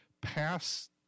pass